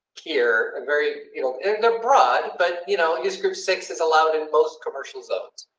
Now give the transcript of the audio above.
here very you know and broad, but, you know, i guess group six is allowed in most commercial. so.